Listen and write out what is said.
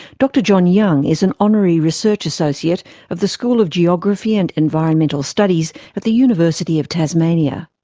dr john young is an honorary research associate of the school of geography and environmental studies at the university of tasmania.